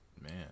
man